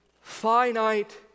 finite